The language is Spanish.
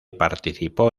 participó